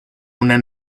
una